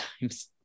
times